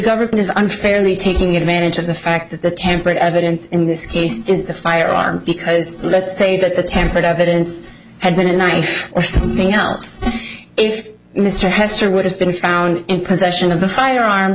government is unfairly taking advantage of the fact that the tampered evidence in this case is the firearm because let's say that the tampered evidence had been a knife or something else if mr hester would have been found in possession of the firearm